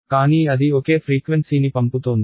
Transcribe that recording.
కానీ అది ఒకే ఫ్రీక్వెన్సీని పంపుతోంది